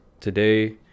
today